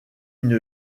une